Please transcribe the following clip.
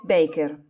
Baker